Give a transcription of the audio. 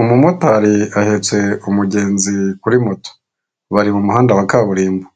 Umumotari ahetse umugenzi kuri moto bari mumuhanda wa kaburimbo